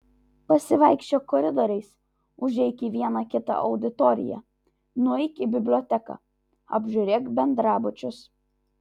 pasivaikščiok koridoriais užeik į vieną kitą auditoriją nueik į biblioteką apžiūrėk bendrabučius